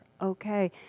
okay